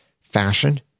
fashion